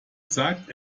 sagt